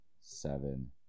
seven